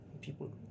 people